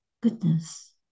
goodness